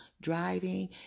driving